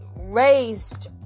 raised